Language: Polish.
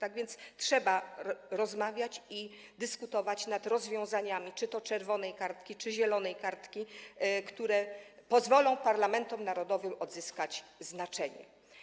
Tak więc trzeba rozmawiać i dyskutować nad rozwiązaniami dotyczącymi czy to czerwonej kartki, czy zielonej kartki, które pozwolą parlamentom narodowym odzyskać znaczenie.